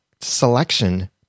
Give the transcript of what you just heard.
selection